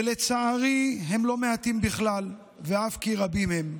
לצערי הם לא מעטים בכלל ואף רבים הם,